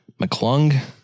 McClung